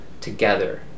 together